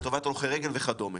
לטובת הולכי רגל וכד'.